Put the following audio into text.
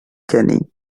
kenny